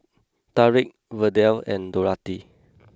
Tariq Verdell and Dorathy